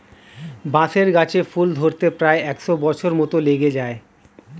বাঁশের গাছে ফুল ধরতে প্রায় একশ বছর মত লেগে যায়